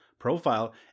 profile